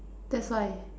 that's why